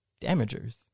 damagers